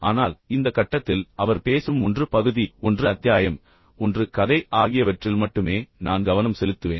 ஆனால் இந்த கட்டத்தில் அவர் பேசும் 1 பகுதி 1 அத்தியாயம் 1 கதை ஆகியவற்றில் மட்டுமே நான் கவனம் செலுத்துவேன்